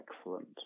excellent